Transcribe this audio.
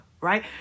right